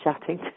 chatting